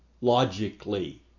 logically